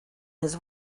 his